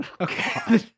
Okay